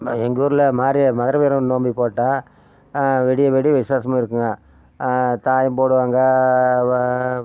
எங்கள் ஊர்ல மாரி மதுரவீரன் நோம்பி போட்டால் விடிய விடிய விசேஷமாக இருக்குங்க தாயம் போடுவாங்க